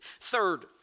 Third